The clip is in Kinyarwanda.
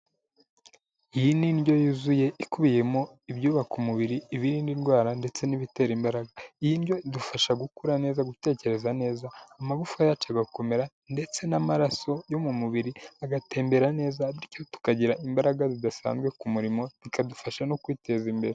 Iyi ni indyo yuzuye ikubiyemo ibyubaka umubiri, ibirinda ndwara ndetse n'ibitera imbaraga. Iyi ndyo idufasha gukura neza, gutekereza neza, amagufa yacu agakomera ndetse n'amaraso yo mu mubiri agatembera neza, bityo tukagira imbaraga zidasanzwe ku murimo, bikadufasha no kwiteza imbere.